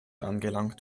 angelangt